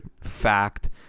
fact